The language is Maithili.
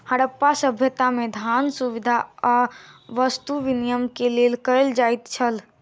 हरप्पा सभ्यता में, धान, सुविधा आ वस्तु विनिमय के लेल कयल जाइत छल